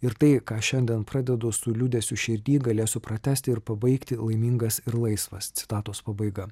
ir tai ką šiandien pradedu su liūdesiu širdy galėsiu pratęsti ir pabaigti laimingas ir laisvas citatos pabaiga